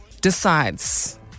decides